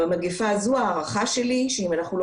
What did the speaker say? במגפה הזו ההערכה שלי היא שאם אנחנו לא